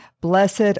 Blessed